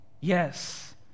yes